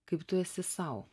kaip tu esi sau